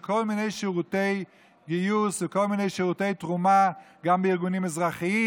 כל מיני שירותי גיוס וכל מיני שירותי תרומה גם בארגונים אזרחיים